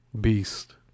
beast